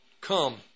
come